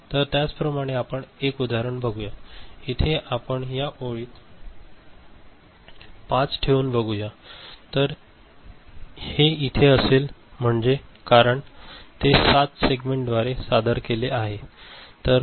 तर त्याचप्रमाणे आपण एक उदाहरण बघूया इथे आपण या ओळीत 5 ठेवून बघूया तर हे इथे असले पाहिजे कारण ते 7 सेगमेंटद्वारे सादर केले गेले आहे